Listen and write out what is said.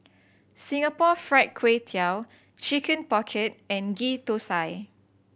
Singapore Fried Kway Tiao Chicken Pocket and Ghee Thosai